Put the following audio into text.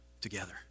together